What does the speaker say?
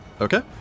Okay